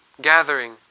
gathering